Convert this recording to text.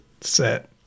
set